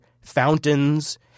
fountains